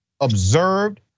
observed